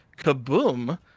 Kaboom